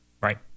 right